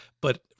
but-